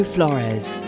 Flores